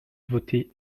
voter